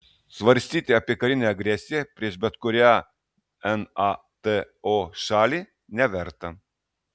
svarstyti apie karinę agresiją prieš bet kurią nato šalį neverta